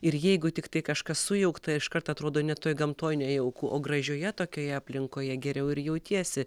ir jeigu tiktai kažkas sujaukta iškart atrodo net toj gamtoj nejauku o gražioje tokioje aplinkoje geriau ir jautiesi